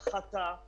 הפחתה?